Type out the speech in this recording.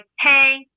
Hey